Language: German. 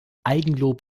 eigenlob